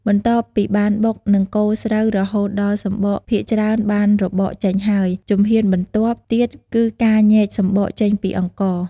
បន្ទាប់ពីបានបុក និងកូរស្រូវរហូតដល់សម្បកភាគច្រើនបានរបកចេញហើយ ជំហានបន្ទាប់ទៀតគឺការញែកសម្បកចេញពីអង្ករ។